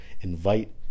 invite